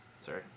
Sorry